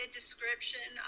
description